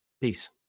Peace